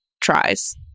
tries